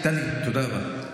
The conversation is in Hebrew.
טלי, טלי, תודה רבה.